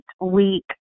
week